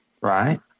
Right